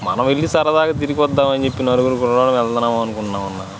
మనం వెళ్ళి సరదాగా తిరిగొద్దామని చెప్పి నరుగురు కుర్రాళ్ళు వెల్దామనుకున్నాం అన్నా